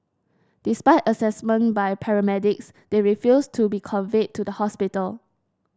despite assessment by paramedics they refused to be conveyed to the hospital